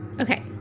Okay